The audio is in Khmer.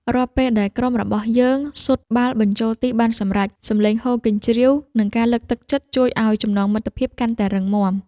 រាល់ពេលដែលក្រុមរបស់យើងស៊ុតបាល់បញ្ចូលទីបានសម្រេច សំឡេងហ៊ោកញ្ជ្រៀវ និងការលើកទឹកចិត្តជួយឱ្យចំណងមិត្តភាពកាន់តែរឹងមាំ។